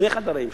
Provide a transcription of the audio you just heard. שני חדרים,